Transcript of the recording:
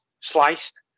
sliced